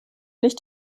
nicht